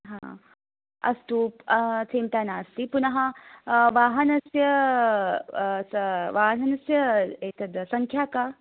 हा अस्तु चिन्ता नास्ति पुनः वाहनस्य वाहनस्य एतत् सङ्ख्या का